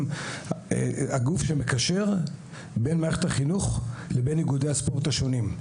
הגוף שמקשר בין מערכת החינוך לבין איגודי הספורט השונים.